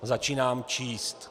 Začínám číst: